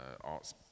arts